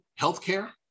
healthcare